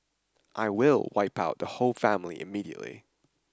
I will wipe out the whole family immediately